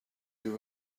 you